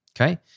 okay